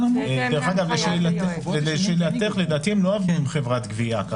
לדעתי הם לא עבדו עם חברת גבייה.